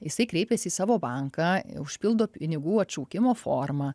jisai kreipiasi į savo banką užpildo pinigų atšaukimo formą